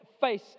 face